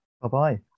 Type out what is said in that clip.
Bye-bye